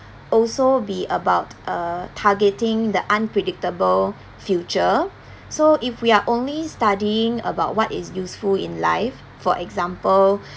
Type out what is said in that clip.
also be about uh targeting the unpredictable future so if we are only studying about what is useful in life for example